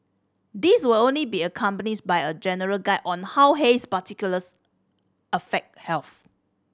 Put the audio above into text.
these will only be accompanies by a general guide on how haze particles affect health